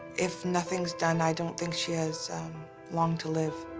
if nothing's done, i don't think she has long to live.